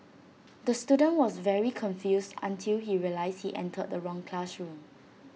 the student was very confused until he realised he entered the wrong classroom